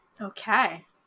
Okay